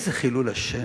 איזה חילול השם.